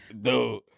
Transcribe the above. dude